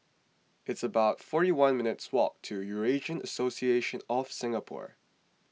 it's about forty one minutes' walk to Eurasian Association of Singapore